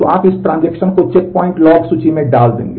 तो आप इस ट्रांजेक्शन को चेकपॉइंट लॉग सूची में डाल देंगे